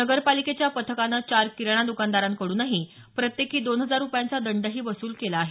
नगर पालिकेच्या पथकानं चार किराणा दुकानदारांकडूनही प्रत्येकी दोन हजार रुपयांचा दंडही वसूल केला आहे